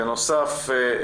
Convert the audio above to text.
בנוסף,